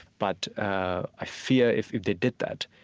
but ah i fear, if if they did that,